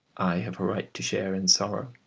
i have a right to share in sorrow,